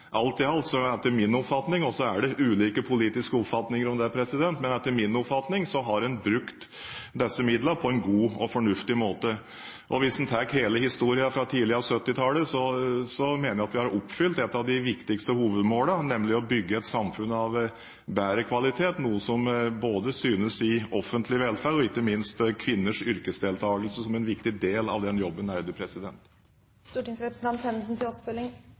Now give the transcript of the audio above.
alt i alt har en etter min oppfatning – det er ulike politiske oppfatninger om det – brukt disse midlene på en god og fornuftig måte. Hvis en tar hele historien fra tidlig på 1970-tallet, mener jeg vi har oppfylt et av de viktigste hovedmålene, nemlig å bygge et samfunn av bedre kvalitet, noe som både synes i offentlig velferd og ikke minst i kvinners yrkesdeltakelse, som en viktig del av den jobben.